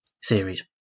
series